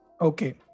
Okay